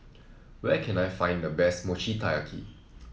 where can I find the best Mochi Taiyaki